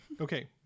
Okay